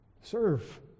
Serve